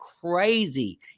crazy